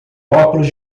óculos